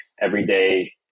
everyday